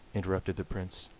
interrupted the prince.